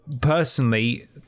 personally